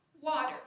water